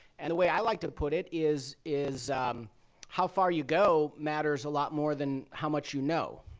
and the way i like to put it is is how far you go matters a lot more than how much you know,